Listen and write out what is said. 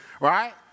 right